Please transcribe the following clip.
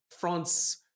France